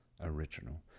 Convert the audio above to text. original